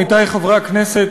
עמיתי חברי הכנסת,